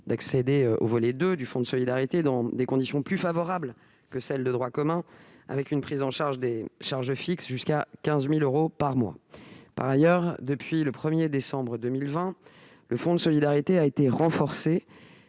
d'accéder au volet 2 du fonds de solidarité dans des conditions plus favorables que celles du droit commun, la prise en charge des charges fixes pouvant atteindre 15 000 euros par mois. Par ailleurs, depuis le 1décembre 2020, le fonds de solidarité a été renforcé